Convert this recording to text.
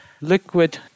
liquid